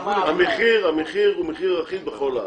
--- המחיר הוא מחיר אחיד בכל הארץ.